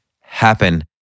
happen